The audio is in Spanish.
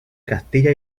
castilla